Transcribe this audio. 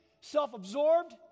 self-absorbed